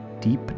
Deep